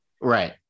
right